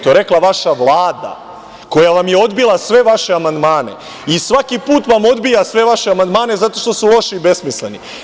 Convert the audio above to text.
To je rekla vaša Vlada, koja vam je odbila sve vaše amandmane i svaki put vam odbija sve vaše amandmane zato što su loši i besmisleni.